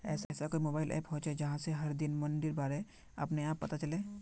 ऐसा कोई mobile app होचे जहा से हर दिन मंडीर बारे अपने आप पता चले?